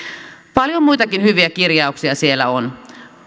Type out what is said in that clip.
paljon muitakin hyviä kirjauksia siellä on